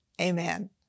Amen